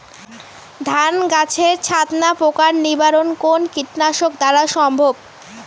ধান গাছের ছাতনা পোকার নিবারণ কোন কীটনাশক দ্বারা সম্ভব?